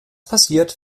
passiert